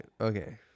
Okay